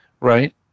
Right